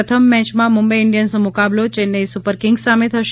પ્રથમ મેચમાં મુંબઈ ઇન્ડિયન્સનો મુકાબલો ચેન્નાઈ સુપરકિંગ્સ સામે થશે